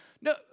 No